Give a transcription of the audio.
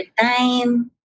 time